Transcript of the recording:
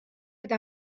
eta